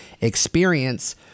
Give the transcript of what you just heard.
experience